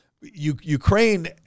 Ukraine